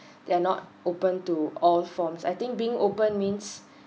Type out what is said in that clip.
they're not open to all forms I think being open means